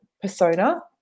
persona